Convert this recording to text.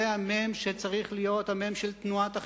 זה המ"ם שצריך להיות המ"ם של תנועת החרות,